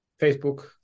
facebook